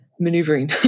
maneuvering